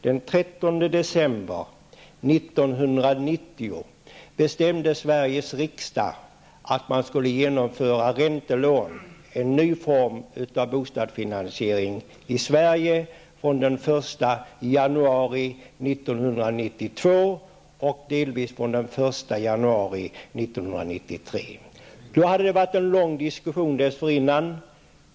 Den 13 december 1990 bestämde Sveriges riksdag att införa räntelån, dvs. en ny form av bostadsfinansiering i Sverige, från den 1 januari 1992 och delvis från den 1 januari 1993. Det hade då varit en lång diskussion dessförinnan.